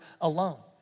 alone